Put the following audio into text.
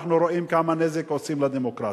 אנחנו רואים כמה נזק עושים לדמוקרטיה.